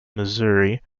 missouri